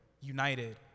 united